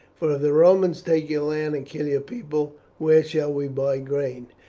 for if the romans take your land and kill your people, where shall we buy grain?